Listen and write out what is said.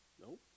nope